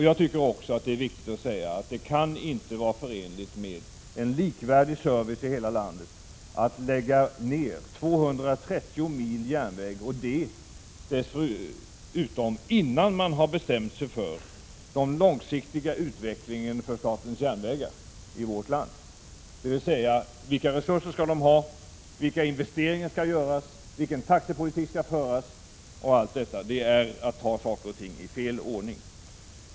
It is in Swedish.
Jag tycker också att det är riktigt att säga att det inte kan vara förenligt med en likvärdig service i hela landet att lägga ner 230 mil järnväg, och det dessutom innan man har bestämt sig för den långsiktiga utvecklingen för statens järnvägar i vårt land, dvs. vilka resurser SJ skall ha, vilka investeringar som skall göras, vilken taxepolitik som skall följas, osv. Det vore att ta saker och ting i fel ordning.